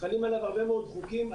חלים עליו הרבה מאוד חוקים,